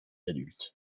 adultes